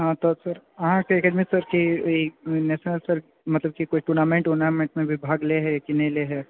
हँ तऽ सर अहाँकेँ एकेडमी सर की ई नेशनल सर मतलब की कोय टूर्नामेंट उरनामेंटमे भी भाग लए है कि नहि लए है